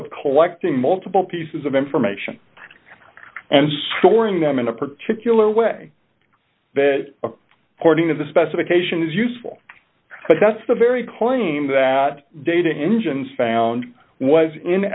of collecting multiple pieces of information and storing them in a particular way that according to the specification is useful but that's the very claim that data engines found was an